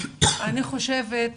אני חושבת,